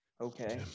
okay